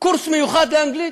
קורס מיוחד לאנגלית.